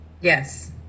Yes